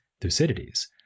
Thucydides